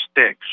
sticks